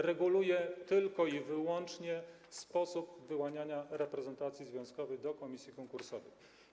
Reguluje tylko i wyłącznie sposób wyłaniania reprezentacji związkowej do komisji konkursowej.